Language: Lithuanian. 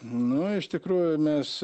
nu iš tikrųjų mes